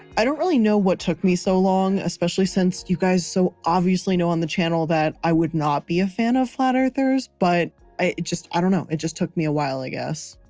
i don't really know what took me so long, especially since you guys so obviously know on the channel that i would not be a fan of flat-earthers, but i just, i don't know, it just took me a while, i guess.